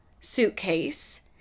suitcase